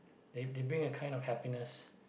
they they bring a kind of happiness